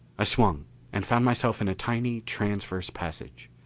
i swung and found myself in a tiny transverse passage.